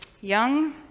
young